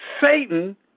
Satan